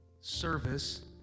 service